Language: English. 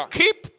keep